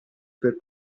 per